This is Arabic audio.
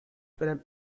فلم